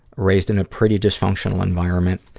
raised in a pretty dysfunctional environment.